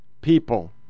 people